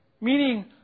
Meaning